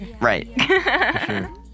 Right